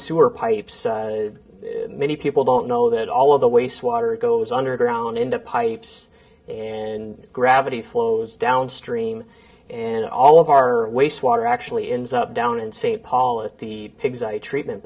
sewer pipes many people don't know that all of the waste water goes underground into pipes and gravity flows downstream and all of our waste water actually ends up down in st paul at the pigs treatment